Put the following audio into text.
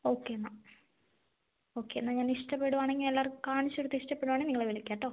okay എന്നാൽ ഒക്കെ എന്നാൽ ഞാന് ഇഷ്ടപ്പെടുകയാണെങ്കില് ഞാന് എല്ലാവർക്കും കാണിച്ചു കൊടുത്ത് ഇഷ്ടപ്പെടുകയാണെങ്കിൽ നിങ്ങളെ വിളിക്കാം കേട്ടോ